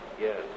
Yes